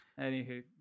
anywho